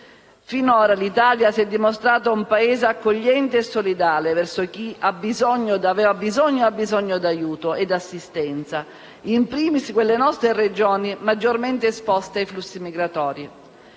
Finora l'Italia si è dimostrata un Paese accogliente e solidale verso chi aveva e ha bisogno d'aiuto e assistenza, *in primis* quelle nostre Regioni maggiormente esposte ai flussi migratori.